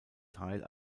teil